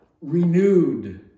renewed